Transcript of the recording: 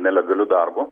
nelegaliu darbu